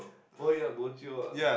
oh yeah bo jio ah